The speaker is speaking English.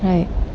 right